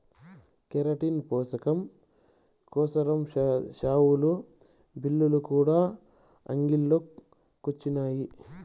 keratin పోసకం కోసరం షావులు, బిల్లులు కూడా అంగిల్లో కొచ్చినాయి